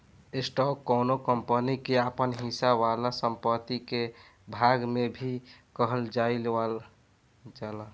stock कौनो company के आपन हिस्सा वाला संपत्ति के भाग के भी कहल जाइल जाला